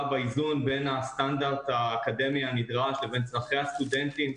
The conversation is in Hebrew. לפעול בין הסטנדרט האקדמי הנדרש לבין צרכי הסטודנטים,